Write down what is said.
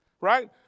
Right